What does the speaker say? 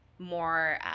more